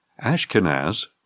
Ashkenaz